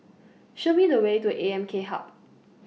Show Me The Way to A M K Hub